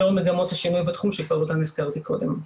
לאור מגמות השינוי בתחום שגם אותם הזכרתי קודם.